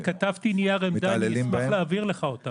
כתבתי נייר עמדה, אני אשמח להעביר לך אותו.